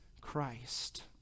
Christ